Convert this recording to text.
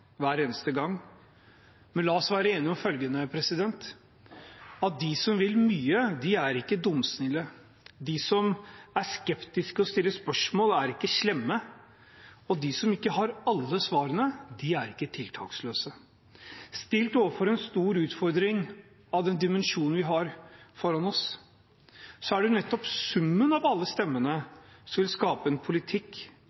hver eneste gang. La oss være enige om følgende: De som vil mye, er ikke dumsnille. De som er skeptiske og stiller spørsmål, er ikke slemme, og de som ikke har alle svarene, er ikke tiltaksløse. Stilt overfor en stor utfordring av den dimensjonen vi har foran oss, er det nettopp summen av alle